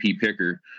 picker